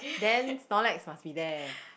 then Snorlax must be there